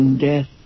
Death